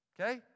Okay